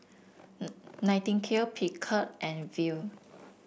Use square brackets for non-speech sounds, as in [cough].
[hesitation] Nightingale Picard and Viu